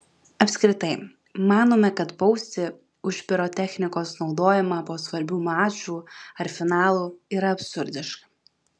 apskritai manome kad bausti už pirotechnikos naudojimą po svarbių mačų ar finalų yra absurdiška